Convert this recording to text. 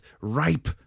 ripe